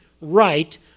right